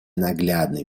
наглядный